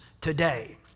today